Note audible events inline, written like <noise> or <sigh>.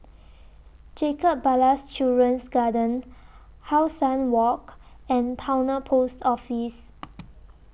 Jacob Ballas Children's Garden How Sun Walk and Towner Post Office <noise>